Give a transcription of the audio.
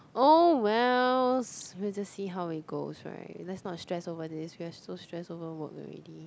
oh well let's just see how it goes right let's no stress over this we are so stressed over work already